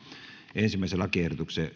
ensimmäisen lakiehdotuksen